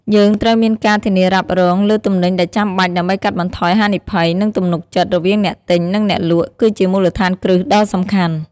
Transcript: យើងត្រូវមានការធានារ៉ាប់រង លើទំនិញដែលចាំបាច់ ដើម្បីកាត់បន្ថយហានិភ័យ និងទំនុកចិត្ត រវាងអ្នកទិញ និងអ្នកលក់ គឺជាមូលដ្ឋានគ្រឹះដ៏សំខាន់។